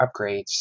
upgrades